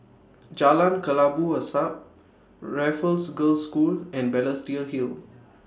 Jalan Kelabu Asap Raffles Girls' School and Balestier Hill